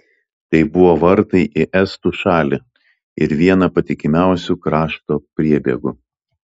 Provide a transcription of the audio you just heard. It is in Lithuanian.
tai buvo vartai į estų šalį ir viena patikimiausių krašto priebėgų